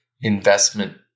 investment